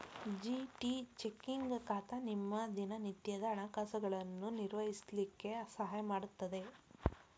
GT checking ಖಾತಾ ನಿಮ್ಮ ದಿನನಿತ್ಯದ ಹಣಕಾಸುಗಳನ್ನು ನಿರ್ವಹಿಸ್ಲಿಕ್ಕೆ ಸಹಾಯ ಮಾಡುತ್ತದೆ